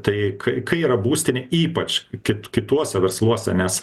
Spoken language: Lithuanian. tai k kai yra būstinė ypač kit kituose versluose nes